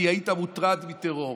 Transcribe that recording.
כי היית מוטרד מטרור.